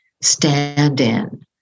stand-in